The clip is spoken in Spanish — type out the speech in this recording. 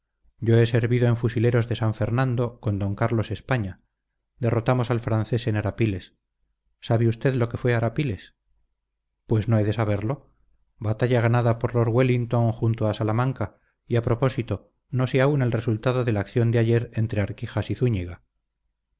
yo he servido en fusileros de san fernando con d carlos españa derrotamos al francés en arapiles sabe usted lo que fue arapiles pues no he de saberlo batalla ganada por lord wellington junto a salamanca y a propósito no sé aún el resultado de la acción de ayer entre arquijas y zúñiga